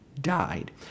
died